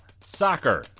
soccer